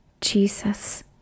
Jesus